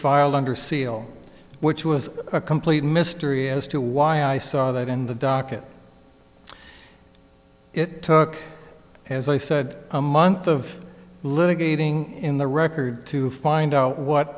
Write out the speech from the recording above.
filed under seal which was a complete mystery as to why i saw that in the docket it took as i said a month of litigating in the record to find out what